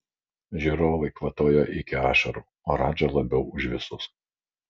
žiūrovai kvatojo iki ašarų o radža labiau už visus